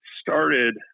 started